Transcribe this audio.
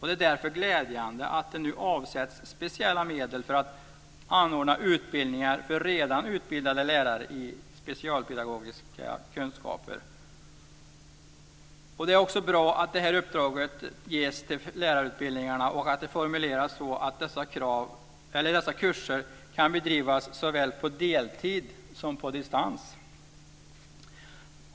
Det är därför glädjande att det nu avsätts speciella medel för att anordna utbildningar för redan utbildade lärare i specialpedagogiska kunskaper. Det är också bra att det här uppdraget ges till lärarutbildningarna och att det formuleras så att dessa kurser kan bedrivas såväl på deltid som på distans.